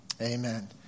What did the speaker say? Amen